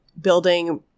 building